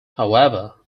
however